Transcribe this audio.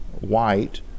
white